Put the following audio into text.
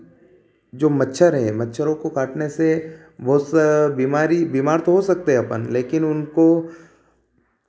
जो मच्छर है मच्छरों को काटने से बहुत सा बीमारी बीमार हो सकते हैं अपन लेकिन उनको